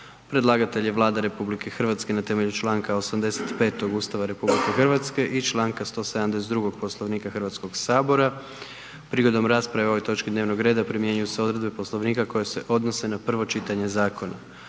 Predlagatelj je Vlada RH na temelju čl. 85 Ustava RH i čl. 172. Poslovnika HS-a. Prigodom rasprave o ovoj točki dnevnog reda primjenjuju se odredbe Poslovnika koje se odnose na prvo čitanje zakona.